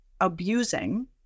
abusing